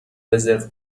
رزرو